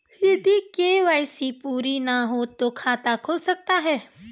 यदि के.वाई.सी पूरी ना हो तो खाता खुल सकता है?